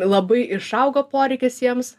labai išaugo poreikis jiems